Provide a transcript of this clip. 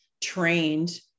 trained